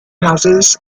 houses